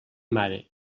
mare